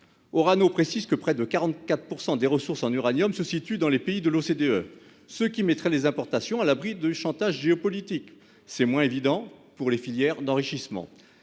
Orano précise que près de 44 % des ressources en uranium se situent dans les pays de l'OCDE, ce qui mettrait les importations à l'abri de chantages géopolitiques. C'est moins évident pour les filières d'enrichissement.